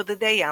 שודדי ים,